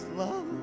love